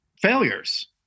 failures